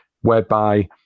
whereby